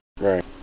Right